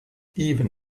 even